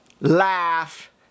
laugh